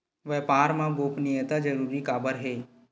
व्यापार मा गोपनीयता जरूरी काबर हे?